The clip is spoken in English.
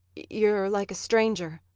you're like a stranger.